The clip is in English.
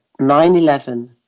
9-11